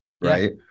right